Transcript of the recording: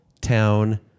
town